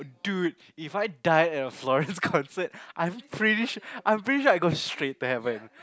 dude If I die at a Florence concert I'm pretty sure I'm pretty sure I go straight to heaven